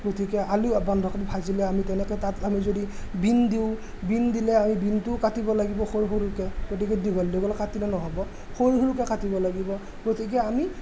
গতিকে আলু বন্ধাকবি ভাজিলে আমি তেনেকৈ তাত আমি যদি বিন দিওঁ বিন দিলে আমি বিনটোও কাটিব লাগিব সৰু সৰুকৈ গতিকে দীঘল দীঘল কাটিলে নহ'ব সৰু সৰুকৈ কাটিব লাগিব গতিকে আমি